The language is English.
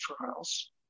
trials